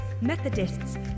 Methodists